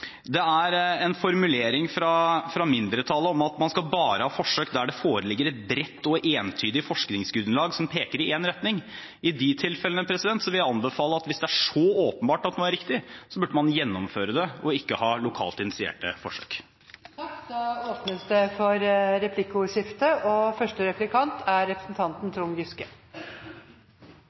Det er en formulering fra mindretallet om at man bare skal ha forsøk der det foreligger et bredt og entydig forskningsgrunnlag som peker i én retning. I de tilfellene vil jeg anbefale at hvis det er så åpenbart at noe er riktig, så burde man gjennomføre det og ikke ha lokalt initierte forsøk. Det åpnes for replikkordskifte. Kunnskapsministeren sier at man ikke bør gå imot forsøk som man selv er